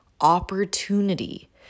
opportunity